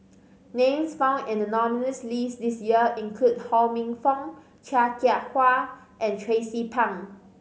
names found in the nominees' list this year include Ho Minfong Chia Kwek Fah and Tracie Pang